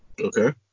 Okay